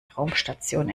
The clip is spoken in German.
raumstation